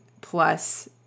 plus